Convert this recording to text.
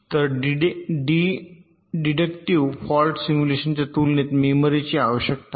तर deductive fault सिम्युलेशनच्या तुलनेत मेमरीची आवश्यकता जास्त आहे